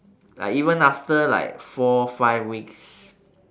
like even after like four five weeks